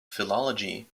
philology